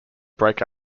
brake